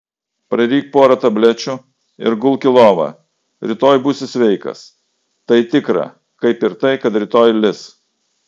praryk porą tablečių ir gulk į lovą rytoj būsi sveikas tai tikra kaip ir tai kad rytoj lis